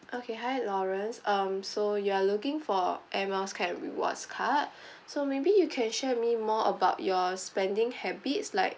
okay hi lawrence um so you are looking for air miles kind of rewards so maybe you can share with me more about your spending habits like